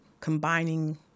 combining